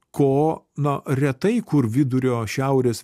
ko na retai kur vidurio šiaurės